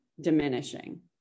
diminishing